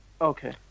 okay